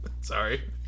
Sorry